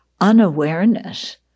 unawareness